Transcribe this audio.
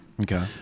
Okay